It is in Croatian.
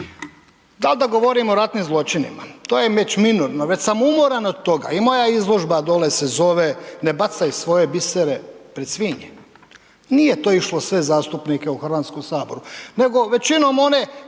Da li da govorim o ratnim zločinima? To je već minorno, već sam umoran od toga i moja izložba dolje se zove Ne bacaj svoje bisere pred svinje. Nije to išlo sve zastupnike u HS-u nego većinom one